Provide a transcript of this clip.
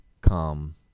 come